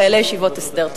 חיילי ישיבות הסדר.